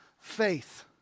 faith